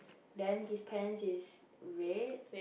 then his pants is red